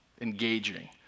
engaging